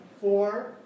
Four